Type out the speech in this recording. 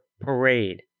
parade